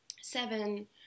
seven